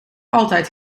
altijd